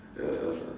ya